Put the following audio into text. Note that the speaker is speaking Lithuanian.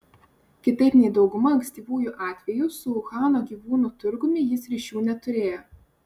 kitaip nei dauguma ankstyvųjų atvejų su uhano gyvūnų turgumi jis ryšių neturėjo